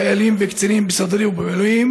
חיילים וקצינים בסדיר ובמילואים.